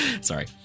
Sorry